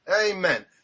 Amen